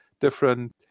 different